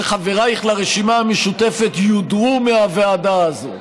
שחברייך לרשימה המשותפת יודרו מהוועדה הזאת,